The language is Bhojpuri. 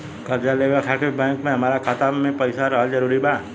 कर्जा लेवे खातिर बैंक मे हमरा खाता मे पईसा रहल जरूरी बा?